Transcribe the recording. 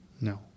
No